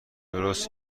درست